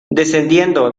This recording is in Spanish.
descendiendo